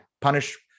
punish